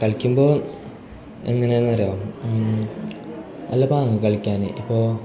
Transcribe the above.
കളിക്കുമ്പോൾ എങ്ങനെയെന്നറിയാമോ നല്ല പാങ്ങാ കളിക്കാൻ ഇപ്പോൾ